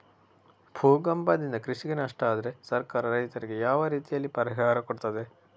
ಭೂಕಂಪದಿಂದ ಕೃಷಿಗೆ ನಷ್ಟ ಆದ್ರೆ ಸರ್ಕಾರ ರೈತರಿಗೆ ಯಾವ ರೀತಿಯಲ್ಲಿ ಪರಿಹಾರ ಕೊಡ್ತದೆ?